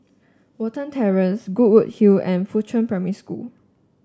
Watten Terrace Goodwood Hill and Fuchun Primary School